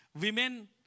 Women